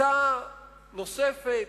הצעה נוספת: